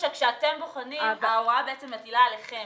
שכשאתם בוחנים --- ההוראה מטילה עליכם